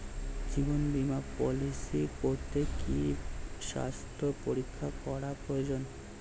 জীবন বীমা পলিসি করতে কি স্বাস্থ্য পরীক্ষা করা প্রয়োজন?